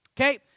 okay